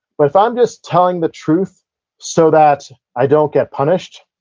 but, if i'm just telling the truth so that i don't get punished,